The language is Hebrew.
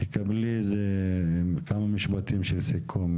יסמין, כמה משפטים לסיכום,